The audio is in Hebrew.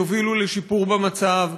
ויובילו לשיפור במצב,